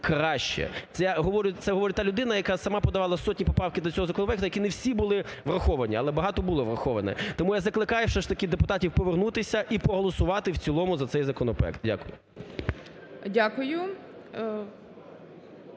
краще. Це говорить та людина, яка сама подавала сотні поправок до цього законопроекту, які не всі були враховані, але багато було враховано. Тому я закликаю все ж таки депутатів повернутися і проголосувати в цілому за цей законопроект. Дякую.